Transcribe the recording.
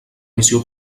missió